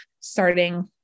starting